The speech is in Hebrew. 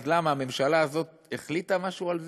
אז מה, הממשלה הזאת החליטה משהו על זה?